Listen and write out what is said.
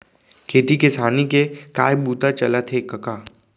खेती किसानी के काय बूता चलत हे कका?